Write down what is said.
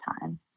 time